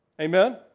Amen